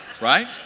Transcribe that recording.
right